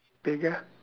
bigger